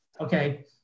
okay